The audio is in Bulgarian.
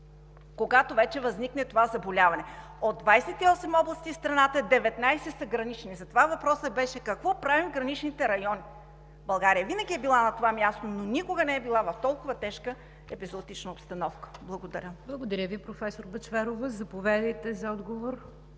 когато вече възникне това заболяване. От 28 области в страната – 19 са гранични, затова въпросът беше: какво правим в граничните райони? България винаги е била на това място, но никога не е била в толкова тежка епизоотична обстановка. Благодаря. ПРЕДСЕДАТЕЛ НИГЯР ДЖАФЕР: Благодаря Ви, професор Бъчварова. Заповядайте за отговор,